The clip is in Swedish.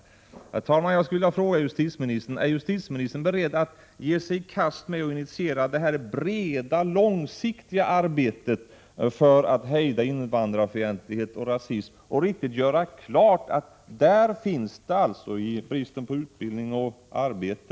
Herr talman! Jag skulle vilja fråga justitieministern om han är beredd att ge sig i kast med och initiera det breda långsiktiga arbetet för att hejda invandrarfientlighet och rasism, och riktigt göra klart att grogrunden för rasismen finns i bristen på utbildning och arbete.